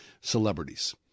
celebrities